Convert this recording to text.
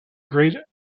great